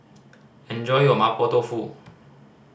enjoy your Mapo Tofu